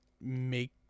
make